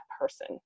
person